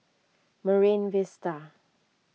Marine Vista